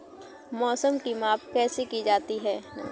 मौसम की माप कैसे की जाती है?